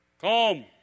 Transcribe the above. calm